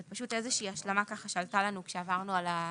זו השלמה שעלתה לנו כשעברנו על הדברים.